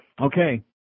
Okay